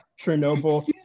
Chernobyl